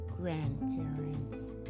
grandparents